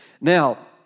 Now